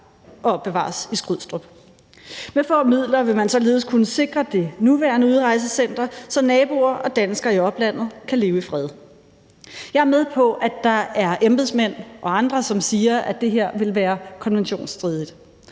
og opbevares i Skrydstrup. Med få midler vil man således kunne sikre det nuværende udrejsecenter, så naboer og danskere i oplandet kan leve i fred. Jeg er med på, at der er embedsmænd og andre, der siger, at det her ville være konventionsstridigt,